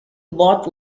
bought